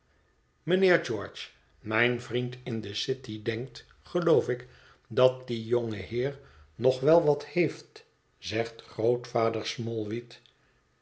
mijnheer george mijn vriend in de city denkt geloof ik dat die jonge heer nog wel wat heeft zegt grootvader